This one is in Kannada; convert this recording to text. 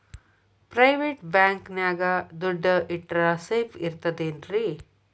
ಪ್ರೈವೇಟ್ ಬ್ಯಾಂಕ್ ನ್ಯಾಗ್ ದುಡ್ಡ ಇಟ್ರ ಸೇಫ್ ಇರ್ತದೇನ್ರಿ?